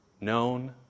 known